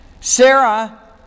Sarah